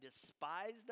despised